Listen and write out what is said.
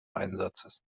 einsatzes